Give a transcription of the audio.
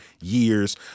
years